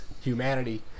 Humanity